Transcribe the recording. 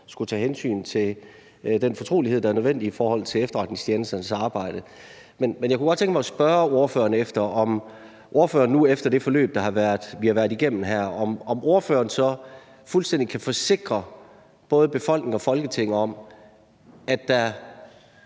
skal tage hensyn til den fortrolighed, der er nødvendig i forhold til efterretningstjenesternes arbejde. Men jeg kunne godt tænke mig at spørge ordføreren, om ordføreren nu efter det forløb, vi har været igennem her, fuldstændig kan forsikre både befolkningen og Folketinget om, at der